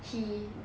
he